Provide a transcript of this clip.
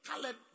colored